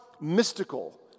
mystical